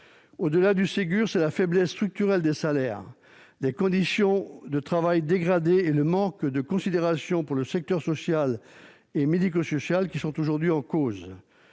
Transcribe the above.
Au-delà du Ségur, c'est la faiblesse structurelle des salaires, la dégradation des conditions de travail et le manque de considération pour le secteur social et médico-social qui sont aujourd'hui en cause.